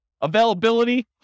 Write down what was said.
Availability